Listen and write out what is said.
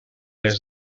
els